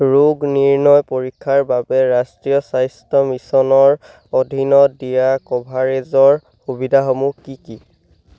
ৰোগ নিৰ্ণয় পৰীক্ষাৰ বাবে ৰাষ্ট্ৰীয় স্বাস্থ্য মিছনৰ অধীনত দিয়া কভাৰেজৰ সুবিধাসমূহ কি কি